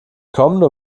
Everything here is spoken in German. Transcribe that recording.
kommende